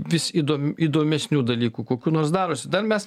vis įdom įdomesnių dalykų kokių nors darosi dar mes